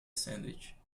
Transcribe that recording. sandwich